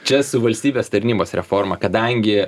čia su valstybės tarnybos reforma kadangi